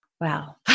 Wow